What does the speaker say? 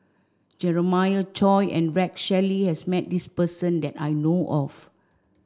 Jeremiah Choy and Rex Shelley has met this person that I know of